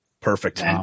Perfect